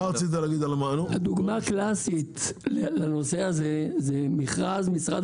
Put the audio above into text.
הדוגמה הקלאסית לנושא הזה זה מכרז משרד